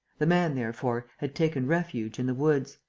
the man, therefore, had taken refuge in the woods.